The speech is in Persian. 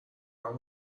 همون